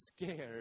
scared